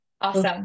Awesome